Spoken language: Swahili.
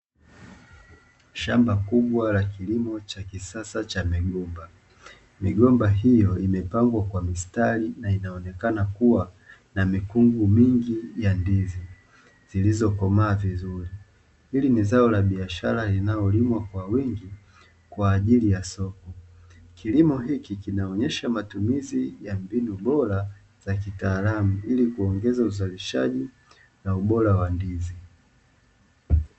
Shamba kubwa la kilimo cha kisasa cha migomba. Migomba hiyo imepangwa kwa mistari na inaonekana kuwa na mikungu mingi ya ndizi zilizokomaa vizuri. Hili ni zao la biashara linalolimwa kwa wingi kwa ajili ya soko. Kilimo hiki kinaonesha matumizi ya mbinu bora za kitaalamu ili kuongeza uzalishaji na ubora wa ndizi.